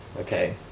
okay